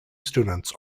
students